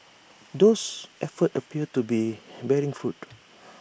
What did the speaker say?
those efforts appear to be bearing fruit